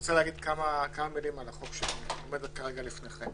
אני רוצה להגיד כמה מילים על החוק שעומד כרגע לפניכם.